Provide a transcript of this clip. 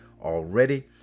already